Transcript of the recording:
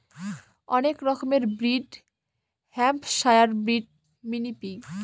অনেক রকমের breed Hampshire breed, mini pig